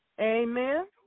Amen